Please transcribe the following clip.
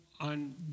on